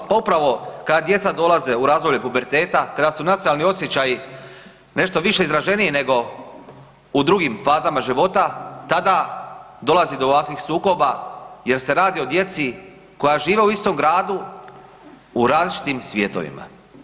Pa upravo kad djeca dolaze u razdoblje puberteta, kada su nacionalni osjećaji nešto više izraženiji nego u drugim fazama života tada dolazi do ovakvih sukoba jer se radi o djeci koja žive u istom gradu u različitim svjetovima.